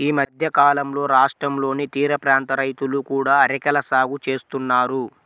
ఈ మధ్యకాలంలో రాష్ట్రంలోని తీరప్రాంత రైతులు కూడా అరెకల సాగు చేస్తున్నారు